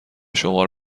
شمار